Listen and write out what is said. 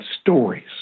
stories